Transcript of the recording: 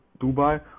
Dubai